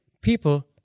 people